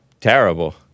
terrible